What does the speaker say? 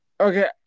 Okay